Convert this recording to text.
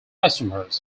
isomers